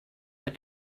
the